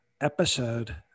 episode